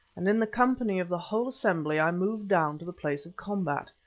and in the company of the whole assembly i moved down to the place of combat.